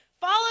follow